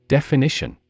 Definition